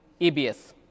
EBS